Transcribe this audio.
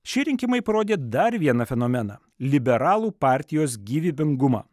šie rinkimai parodė dar vieną fenomeną liberalų partijos gyvybingumą